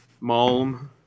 Malm